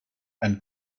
and